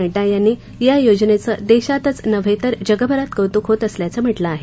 नङ्डा यांनी या योजनेचं देशातच नव्हे तर जगभरात कौत्क होत असल्याचं म्हटलं आहे